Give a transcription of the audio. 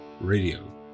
radio